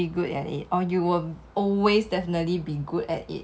eh then 我问你 if you can just be good at anything right